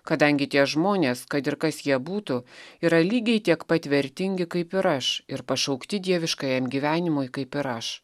kadangi tie žmonės kad ir kas jie būtų yra lygiai tiek pat vertingi kaip ir aš ir pašaukti dieviškajam gyvenimui kaip ir aš